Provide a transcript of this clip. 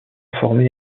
formés